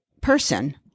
person